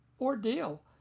ordeal